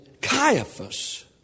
Caiaphas